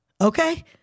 okay